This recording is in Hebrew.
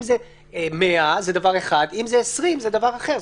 אם זה 100 זה דבר אחד, אם זה 20 זה דבר אחר.